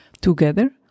together